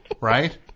right